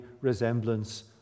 resemblance